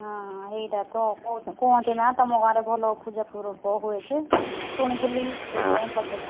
ହଁ ହଁ ହେଇଟା ତ କୁହନ୍ତି କୁହନ୍ତି ନା ତମ ଗାଁରେ ଭଲ ପୂଜା ପର୍ବ ହେଉଛି ଶୁଣିଥିଲି ସେଇଥିପାଇଁ ପଚାର